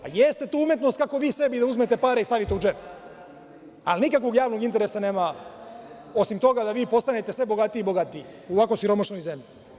Jeste tu umetnost kako vi sebi da uzmete pare i stavite u džep, ali nikakvog javnog interesa nema osim toga da vi postanete sve bogatiji i bogatiji u ovako siromašnoj zemlji.